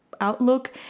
outlook